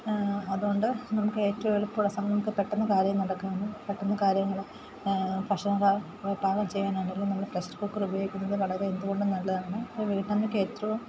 അതു കൊണ്ട് നമുക്കേറ്റവും എളുപ്പമുള്ള സമയമൊക്കെ പെട്ടെന്നു കാര്യം നടക്കാനും പെട്ടെന്നു കാര്യങ്ങൾ ഭക്ഷണ സാ പാകം ചെയ്യാനാണെങ്കിലും നമ്മൾ പ്രഷർ കുക്കറുപയോഗിക്കുന്നത് വളരെ എന്തുകൊണ്ടും നല്ലതാണ് ഒരു വീട്ടമ്മക്ക് ഏറ്റവും